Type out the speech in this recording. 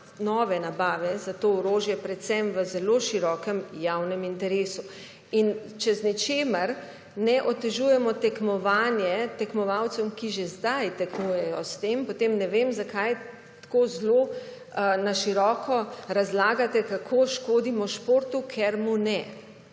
nove nabave za to orožje predvsem v zelo širokem javnem interesu. In če z ničemer ne otežujemo tekmovanje, tekmovalcev, ki že zdaj tekmujejo s tem, potem ne vem zakaj tako zelo na široko razlagate kako škodimo športu, ker mu ne.